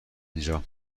اینجا